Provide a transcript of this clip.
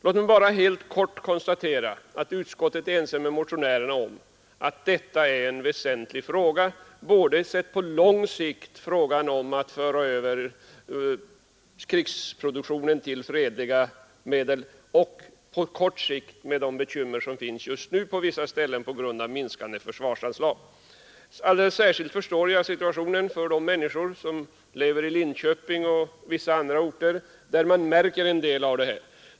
Låt mig bara helt kort konstatera, att utskottet är ense med motionärerna om att detta är en väsentlig fråga både på lång sikt när det gäller att föra över krigsproduktionen till fredlig produktion och på kort sikt på grund av de bekymmer som just nu finns på vissa ställen till följd av minskande försvarsanslag. Alldeles särskilt förstår jag situationen för de människor som lever i Linköping och vissa andra orter, där man märker en del av problemen.